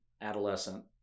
adolescent